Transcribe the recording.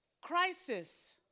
Crisis